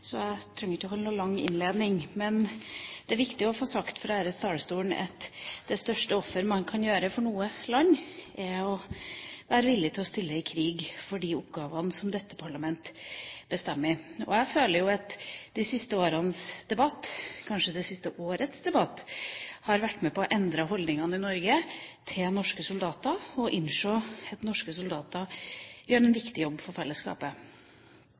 så jeg trenger ikke å holde noen lang innledning. Men det er viktig å få sagt fra denne talerstolen at det største offer man kan gjøre for noe land, er å være villig til å stille i krig for de oppgavene som parlamentet bestemmer. Jeg føler at de siste årenes debatt – kanskje det siste årets debatt – har vært med på å endre holdningene i Norge til norske soldater, og at en innser at norske soldater gjør en viktig jobb for fellesskapet.